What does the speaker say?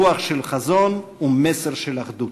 רוח של חזון ומסר של אחדות.